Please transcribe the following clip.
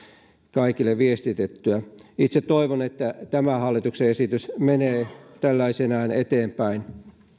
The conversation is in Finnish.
kaikille viestitettyä itse toivon että hallituksen esitys menee tällaisenaan eteenpäin